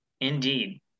Indeed